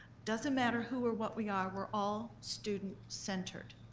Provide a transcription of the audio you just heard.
doesn't matter who are what we are, we're all student-centered.